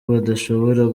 badashobora